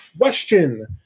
question